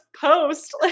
post